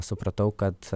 supratau kad